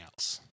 else